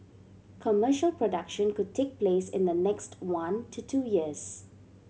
commercial production could take place in the next one to two years